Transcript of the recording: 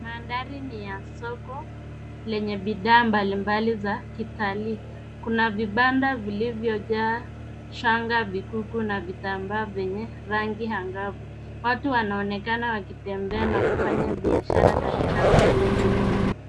Mandhari ni ya soko lenye bidhaa mbalimbali za kitalii. Kuna vibanda vilivyojaa shanga, vikuku na vitambaa venye rangi angavu .Watu wanaotembea wakitembea na kufanya biashara katika soko hili.